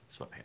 sweatpants